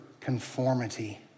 conformity